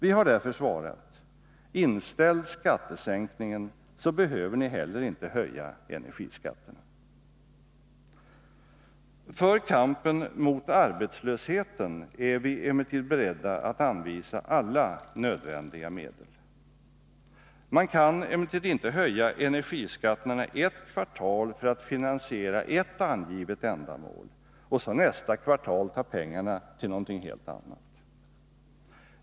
Vi har därför svarat: Inställ skattesänkningen, så behöver ni heller inte höja energiskatterna! För kampen mot arbetslösheten är vi amellertid beredda att anvisa alla nödvändiga medel. Man kan dock inte höja energiskatterna ett kvartal för att finansiera ett angivet ändamål och så nästa kvartal ta pengarna till något helt annat.